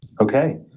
Okay